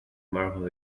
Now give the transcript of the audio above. marvel